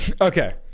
Okay